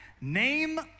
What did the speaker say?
Name